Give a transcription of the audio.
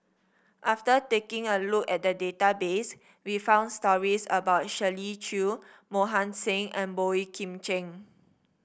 after taking a look at the database we found stories about Shirley Chew Mohan Singh and Boey Kim Cheng